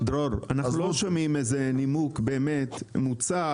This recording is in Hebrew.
דרור, אנחנו לא שומעים נימוק מוצק.